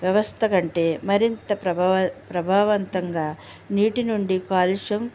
వ్యవస్థకంటే మరింత ప్రభావ ప్రభావంతంగా నీటి నుండి కాలుష్యం